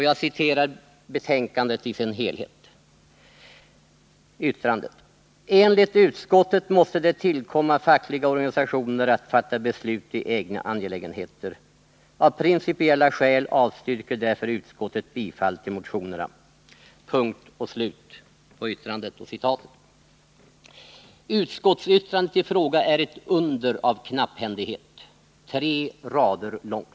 Jag citerar utskottets yttrande i dess helhet: ”Enligt utskottet måste det tillkomma fackliga organisationer att fatta bifall till motionerna.” Onsdagen den Utskottsyttrandet i fråga är ett under av knapphändighet — tre rader långt.